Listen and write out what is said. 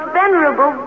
venerable